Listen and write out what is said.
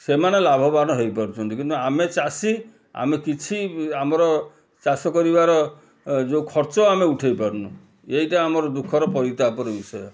ସେମାନେ ଲାଭବାନ ହେଇପାରୁଛନ୍ତି କିନ୍ତୁ ଆମେ ଚାଷୀ ଆମେ କିଛି ଆମର ଚାଷ କରିବାର ଯେଉଁ ଖର୍ଚ୍ଚ ଆମେ ଉଠାଇପାରୁନୁ ଏଇଟା ଆମର ଦୁଃଖର ପରିତାପର ବିଷୟ